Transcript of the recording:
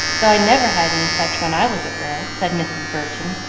though i never had any such when i was a girl, said mrs. burton,